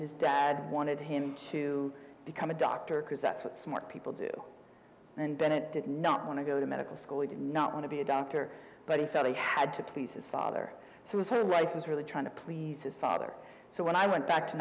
his dad wanted him to become a doctor because that's what smart people do and bennett did not want to go to medical school he did not want to be a doctor but he felt he had to please his father so was her life was really trying to please his father so when i went back to